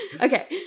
Okay